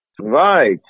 Right